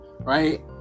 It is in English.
right